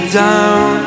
down